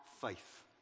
faith